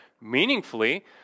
meaningfully